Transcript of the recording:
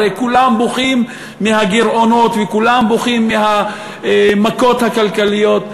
הרי כולם בוכים מהגירעונות וכולם בוכים מהמכות הכלכליות.